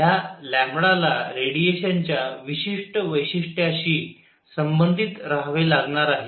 ह्या ला रेडिएशनच्या विशिष्ट वैशिष्ट्याशी संबंधित राहावे लागणार आहे